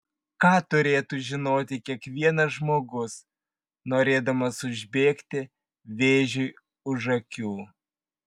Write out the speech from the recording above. ką turėtų žinoti kiekvienas žmogus norėdamas užbėgti vėžiui už akių